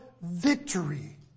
victory